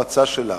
במצע שלה,